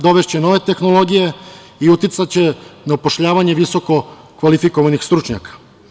Dovešće nove tehnologije i uticaće na upošljavanje visokokvalifikovanih stručnjaka.